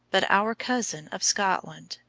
but our cousin of scotland?